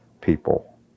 people